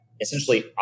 essentially